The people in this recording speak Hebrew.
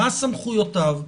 מה סמכויותיו?